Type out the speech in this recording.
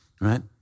Right